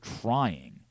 trying